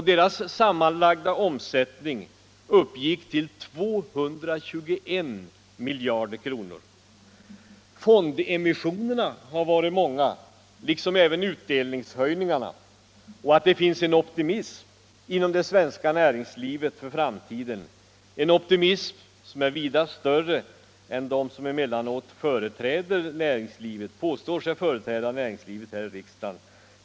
Den sammanlagda omsättningen uppgick till 221 miljarder kronor. Fondemissionerna har varit många liksom även utdelningshöjningarna, och att det finns en optimism inför framtiden inom det svenska näringslivet är helt klart — en optimism som är vida större än vad vi emellanåt brukar få höra av dem som påstår sig företräda näringslivet här i riksdagen.